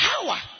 power